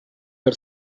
her